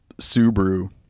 subaru